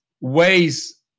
ways